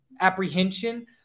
apprehension